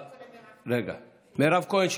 מרב כהן,